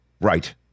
Right